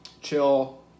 chill